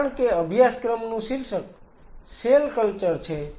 તેથી કારણ કે અભ્યાસક્રમનું શીર્ષક સેલ કલ્ચર છે